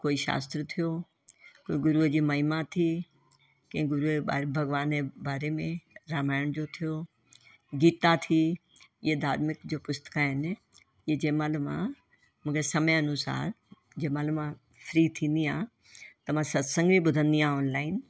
कोई शास्त्र थियो गुरुअ जी महिमा थी कंहिं गुरुअ जे भॻवान जे ॿारे में रामायण जो थियो गीता थी ये धार्मिक जेके पुस्तक आहिनि इहे जे महिल मां मूंखे समय अनुसार जे महिल मां फ्री थींदी आहियां त मां सत्संग बि ॿुधंदी आहियां ऑनलाइन